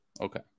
Okay